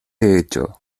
hecho